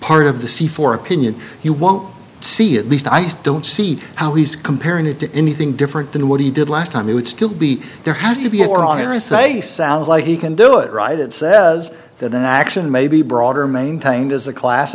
part of the c four opinion you won't see at least i don't see how he's comparing it to anything different than what he did last time he would still be there has to be or are i say sounds like he can do it right it says that an action may be broader maintained as a class